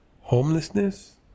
Homelessness